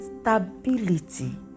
stability